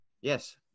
Yes